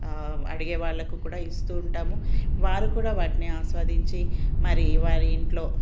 అడిగే వాళ్ళకు కూడా ఇస్తున్నాము ఇస్తూ ఉంటాము వారు కూడా వాటిని ఆస్వాదించి మరి వారి ఇంట్లో